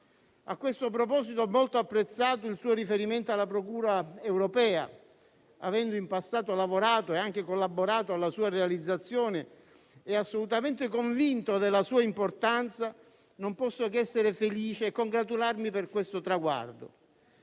A questo proposito, ho molto apprezzato il suo riferimento alla procura europea. Avendo in passato lavorato e collaborato alla sua realizzazione, essendo assolutamente convinto della sua importanza, non posso che essere felice e congratularmi per questo traguardo.